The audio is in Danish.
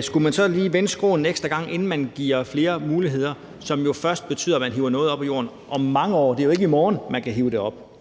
skulle man så ikke lige vende skråen en ekstra gang, inden man giver flere muligheder, som jo betyder, at man først hiver noget op af jorden om mange år? Det er jo ikke i morgen, man kan hive det op.